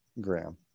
Graham